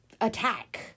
attack